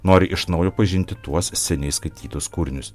nori iš naujo pažinti tuos seniai skaitytus kūrinius